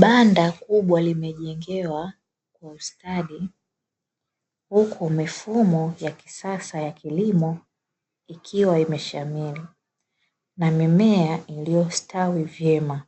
Banda kubwa limejengewa kwa ustadi huku mifumo ya kisasa ya kilimo ikiwa imeshamiri na mimea iliyostawi vyema,